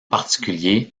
particulier